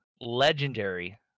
legendary